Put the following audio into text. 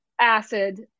acid